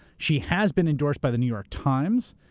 she has been endorsed by the new york times.